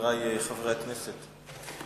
חברי חברי הכנסת,